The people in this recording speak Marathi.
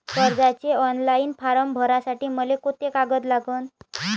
कर्जाचे ऑनलाईन फारम भरासाठी मले कोंते कागद लागन?